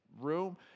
room